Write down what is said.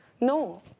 No